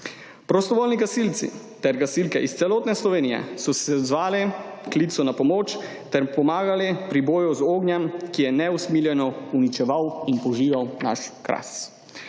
Prostovoljni gasilci ter gasilke iz celotne Slovenije so se odzvali klicu na pomoč ter pomagali pri boju z ognjem, ki je neusmiljeno uničeval in požiral naš Kras.